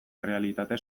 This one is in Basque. errealitate